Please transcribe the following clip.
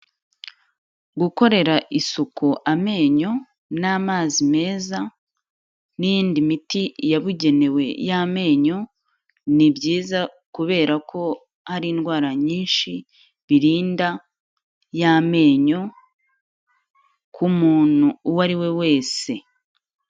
Gukorera isuku amenyo n'amazi meza n'iyindi miti yabugenewe y'amenyo, ni byiza kubera ko hari indwara nyinshi birinda y'amenyo ku muntu uwo ari we wese.